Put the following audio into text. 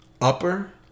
upper